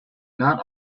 not